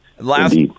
Last